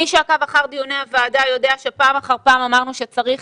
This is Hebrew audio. מי שעקב אחר דיוני הוועדה יודע שפעם אחר פעם אמרנו שצריך